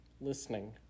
listening